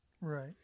Right